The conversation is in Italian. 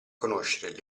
conoscere